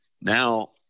Now